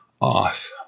off